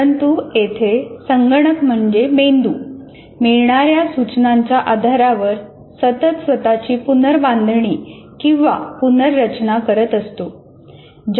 परंतु येथे संगणक म्हणजे मेंदू मिळणाऱ्या सूचनांच्या आधारावर सतत स्वतःची पुनर्बांधणी किंवा पुनर्रचना करत असतो